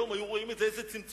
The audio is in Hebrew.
היום היו רואים את זה: איזה צמצום.